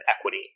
equity